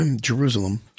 Jerusalem